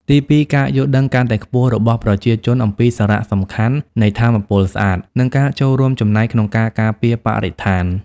ទីពីរ ការយល់ដឹងកាន់តែខ្ពស់របស់ប្រជាជនអំពីសារៈសំខាន់នៃថាមពលស្អាត និងការចូលរួមចំណែកក្នុងការការពារបរិស្ថាន។